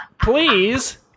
Please